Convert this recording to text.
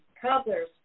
cobblers